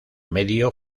medio